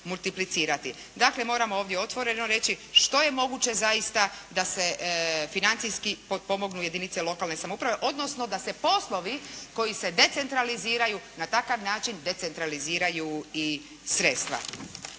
Dakle, moramo ovdje otvoreno reći, što je moguće zaista da se financijski potpomognu jedinice lokalne samouprave, odnosno da se poslovi koji je decentraliziraju na takav način decentraliziraju sredstva.